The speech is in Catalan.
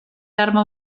arma